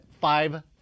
five